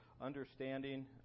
understanding